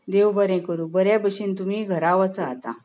देव बरें करूं बरें भशेन तुमीय घरा वचात आतां